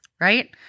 Right